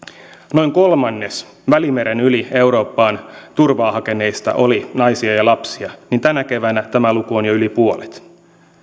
noin kolmannes välimeren yli euroopasta turvaa hakeneista oli naisia ja lapsia niin tänä keväänä tämä luku on jo yli puolet